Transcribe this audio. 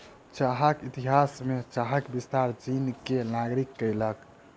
चाहक इतिहास में चाहक विस्तार चीन के नागरिक कयलक